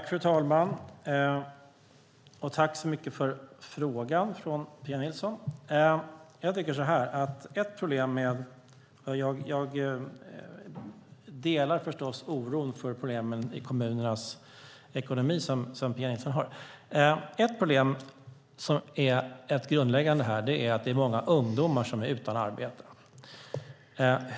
Fru talman! Jag tackar så mycket för frågan från Pia Nilsson. Jag delar förstås den oro för problemen i kommunernas ekonomi som Pia Nilsson har. Ett problem som är grundläggande är att det är många ungdomar som är utan arbete.